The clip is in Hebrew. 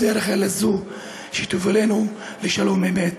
זו שתובילנו לשלום אמת.